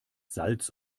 salz